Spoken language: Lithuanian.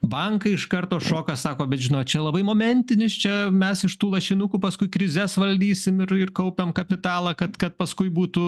bankai iš karto šoka sako bet žinot čia labai momentinis čia mes iš tų lašinukų paskui krizes valdysim ir kaupiam kapitalą kad kad paskui būtų